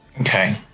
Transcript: Okay